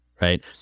right